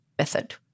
method